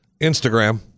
Instagram